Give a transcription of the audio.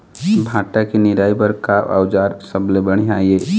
भांटा के निराई बर का औजार सबले बढ़िया ये?